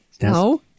No